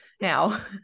now